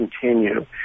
continue